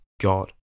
God